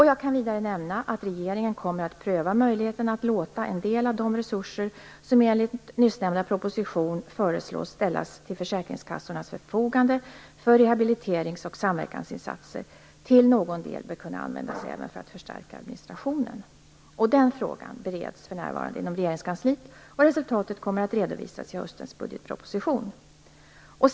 Jag kan vidare nämna att regeringen kommer att pröva möjligheten att en del av de resurser som enligt nyss nämnda proposition föreslås ställas till försäkringskassornas förfoganden för rehabiliterings och samverkansinsatser till någon del kan användas även för att förstärka administrationen. Den frågan bereds för närvarande inom Regeringskansliet, och resultatet kommer att redovisas i höstens budgetproposition.